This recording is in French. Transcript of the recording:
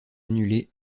annulé